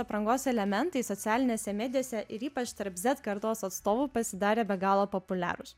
aprangos elementai socialinėse medijose ir ypač tarp zed kartos atstovų pasidarė be galo populiarūs